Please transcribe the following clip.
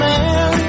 Man